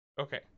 Okay